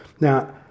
Now